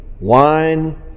wine